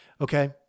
Okay